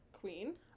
queen